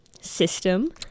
system